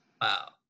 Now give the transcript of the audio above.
Wow